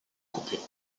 coupés